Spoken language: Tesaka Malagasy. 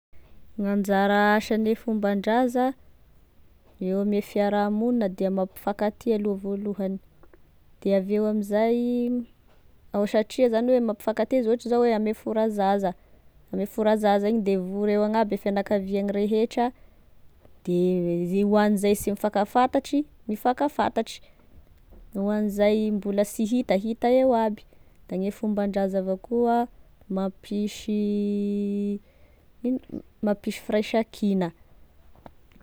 Gn'anzara asane fomban-draza eo ame fiaraha-moniny da mampifankatia aloa voalohany, de aveo amzay ao satria zany hoe mampifankatia izy, ohatry zao hoe ame fora zaza ame fora zaza igny da vory eo agnaby e fiagnakaviany rehetra de hoan'izay sy mifankafantatry mifankafantatry, hoan'izay mbola sy hita hita eo aby, de gny fomban-draza avao koa mampisy, ino mampisy firaisankina.